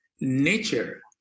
nature